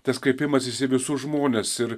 tas kreipimasis į visus žmones ir